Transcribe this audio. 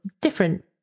different